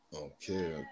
Okay